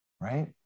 Right